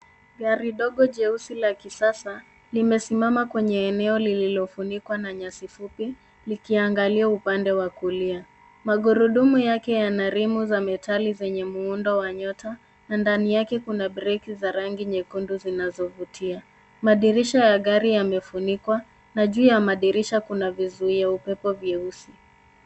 Gari dogo jeusi la kisasa limesimama kwenye eneo lililofunikwa na nyasi fupi likiangalia upande wa kulia. Magurudumu yake yana rimu za metali zenye muundo wa nyota, na ndani yake kuna breki za rangi nyekundu zinazovutia. Madirisha ya gari yamefunikwa na juu ya madirisha kuna vizuia upepo vyeusi.